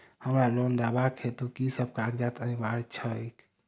हमरा लोन लेबाक हेतु की सब कागजात अनिवार्य छैक?